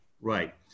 Right